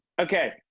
Okay